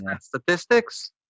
statistics